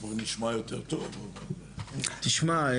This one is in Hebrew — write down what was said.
תשמע,